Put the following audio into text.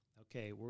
okay